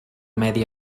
medi